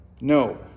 No